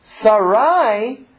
Sarai